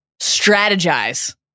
strategize